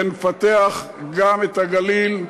ונפתח גם את הגליל,